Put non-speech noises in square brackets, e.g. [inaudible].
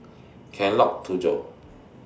[unintelligible] Tujoh